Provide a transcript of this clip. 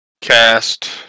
Cast